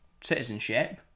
citizenship